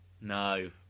No